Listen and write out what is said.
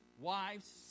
wives